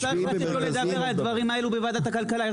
צריך לתת לו לדבר על הדברים האלו בוועדת הכלכלה.